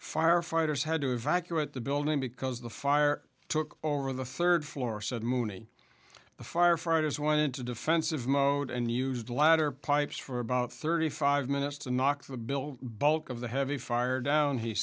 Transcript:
firefighters had to evacuate the building because the fire took over the third floor said mooney the firefighters went into defensive mode and used ladder pipes for about thirty five minutes to knock the built bulk of the heavy fire down he